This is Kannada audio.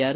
ಆರ್